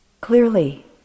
Clearly